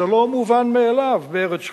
זה לא מובן מאליו בארץ שחונה,